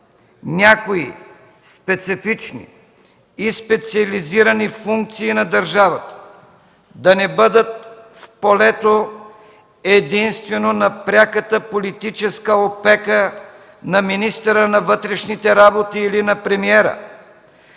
някои специфични и специализирани функции на държавата да не бъдат в полето единствено на пряката политическа опека на министъра на вътрешните работи или на премиера,